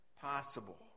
possible